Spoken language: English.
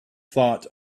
thought